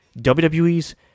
WWE's